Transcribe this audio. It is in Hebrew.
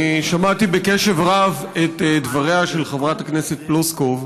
אני שמעתי בקשב רב את דבריה של חברת הכנסת פלוסקוב,